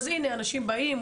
אז הנה אנשים באים,